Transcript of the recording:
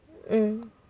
mm